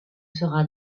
sera